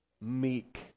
meek